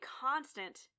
constant